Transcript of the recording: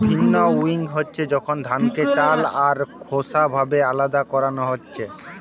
ভিন্নউইং হচ্ছে যখন ধানকে চাল আর খোসা ভাবে আলদা করান হইছু